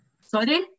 Sorry